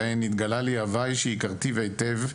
בהן התגלה לי הווי שהכרתיו היטב,